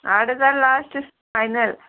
आट हजार last final